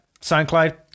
SoundCloud